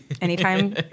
anytime